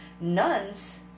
nuns